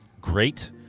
Great